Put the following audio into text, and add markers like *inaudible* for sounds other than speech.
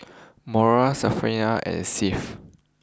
*noise* Moriah Stephania and Seth